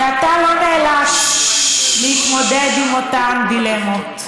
שאתה לא נאלץ להתמודד עם אותן דילמות,